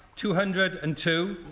two hundred and two.